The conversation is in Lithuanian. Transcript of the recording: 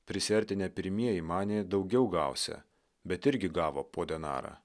prisiartinę pirmieji manė daugiau gausią bet irgi gavo po denarą